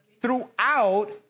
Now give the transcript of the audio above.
throughout